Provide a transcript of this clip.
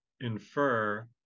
infer